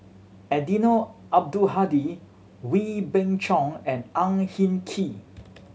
Eddino Abdul Hadi Wee Beng Chong and Ang Hin Kee